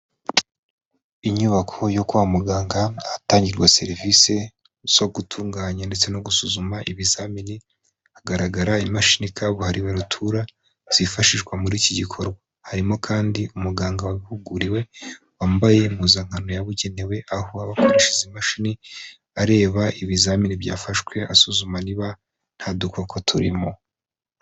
Inyubako yo kwa muganga hatangirwa serivisi zo gutunganya ndetse no gusuzuma ibizamini hagaragara imashini kabuhariwe rutura zifashishwa muri iki gikorwa, harimo kandi umuganga wahuguriwe wambaye impuzankano yabugenewe aho aba akoreshe imashini areba ibizamini byafashwe asuzuma niba nta dukoko turimo.